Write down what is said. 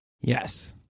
Yes